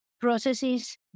processes